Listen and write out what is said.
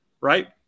right